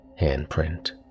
handprint